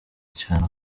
cyane